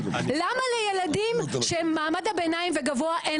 למה לילדים של מעמד הביניים וגבוה אין